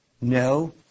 no